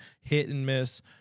hit-and-miss